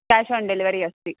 cash on delivery अस्ति